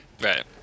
Right